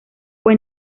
fue